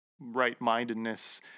right-mindedness